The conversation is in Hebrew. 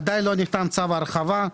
עדיין לא נחתם צו הרחבה.